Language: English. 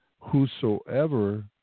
Whosoever